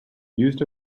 used